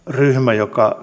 ryhmä joka